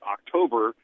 October